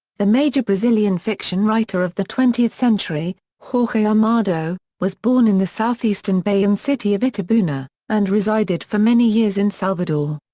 the major brazilian fiction writer of the twentieth century, jorge amado, was born in the southeastern bahian city of itabuna, and resided for many years in salvador.